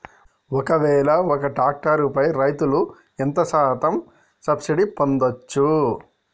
ఒక్కవేల ఒక్క ట్రాక్టర్ పై రైతులు ఎంత శాతం సబ్సిడీ పొందచ్చు?